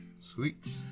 Sweet